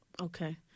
okay